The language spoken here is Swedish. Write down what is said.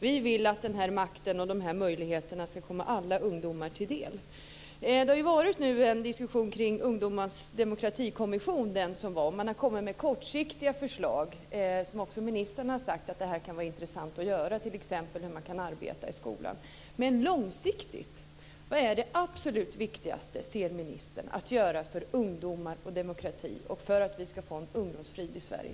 Vi vill att den här makten och de här möjligheterna ska komma alla ungdomar till del. Det har varit nu en diskussion kring ungdomars demokratikommission, men den kom med kortsiktiga förslag som också ministern har sagt att det kan vara intressant att göra, t.ex. hur man kan arbeta i skolan. Men långsiktigt? Vad anser ministern är det absolut viktigaste att göra för ungdomar och demokrati och för att vi ska få en ungdomsfrid i Sverige?